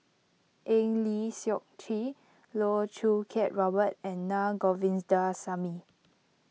Eng Lee Seok Chee Loh Choo Kiat Robert and Na Govindasamy